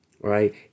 right